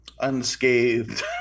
unscathed